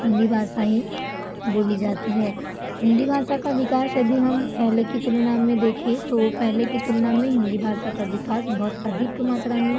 हिंदी भाषा ही बोली जाती है हिंदी भाषा का विकास यदि हम पहले की तुलना में देखें तो पहले की तुलना में हिंदी भाषा का विकास बहुत अधिक मात्रा में